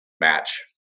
match